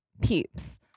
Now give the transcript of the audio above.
Peeps